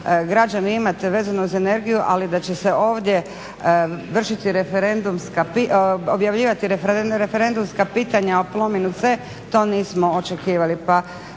građani imati vezano za energiju, ali da će se ovdje objavljivati referendumska pitanja o Plominu C, to nismo očekivali.